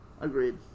agreed